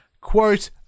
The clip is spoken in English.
quote